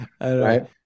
Right